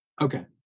Okay